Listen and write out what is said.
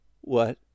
What